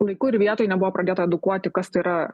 laiku ir vietoj nebuvo pradėta edukuoti kas tai yra